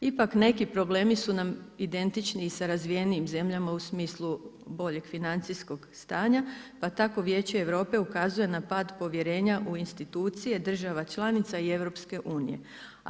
Ipak neki problemi su nam identični sa razvijenijim zemljama u smislu boljeg financijskog stanja pa tako Vijeće Europe ukazuje na pad povjerenja u institucije država članica i EU-a.